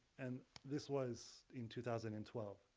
and this was in two thousand and twelve.